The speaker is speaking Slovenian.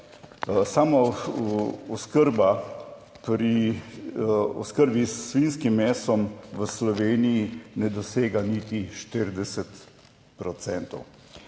pri oskrbi s svinjskim mesom v Sloveniji ne dosega niti 40